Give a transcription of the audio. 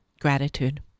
gratitude